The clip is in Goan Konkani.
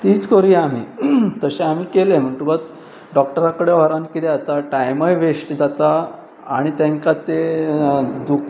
तीच करूया आमी तशें आमी केलें म्हणटकूच डॉक्टरा कडेन व्हरान कितें जाता टायमय वेस्ट जाता आनी तेंकां ते दुख